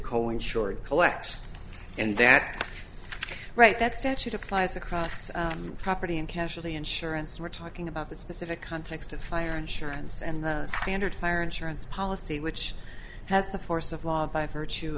in short collects and that right that statute applies across property and casualty insurance we're talking about the specific context of fire insurance and standard fire insurance policy which has the force of law by virtue